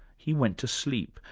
he went to sleep,